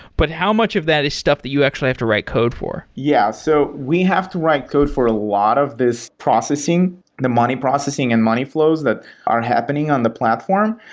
but how much of that is stuff that you actually have to write code for? yeah. so we have to write code for a lot of this processing, the money processing and money flows that are happening on the platform,